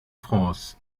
france